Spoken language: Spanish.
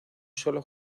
solo